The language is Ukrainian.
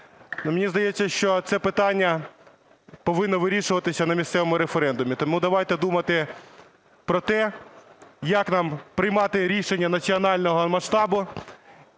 мені здається, що це питання повинно вирішуватися на місцевому референдумі. Тому давайте думати про те, як нам приймати рішення національного масштабу